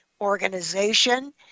organization